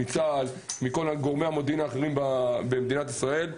מצה"ל וכל גורמי המודיעין האחרים במדינת ישראל,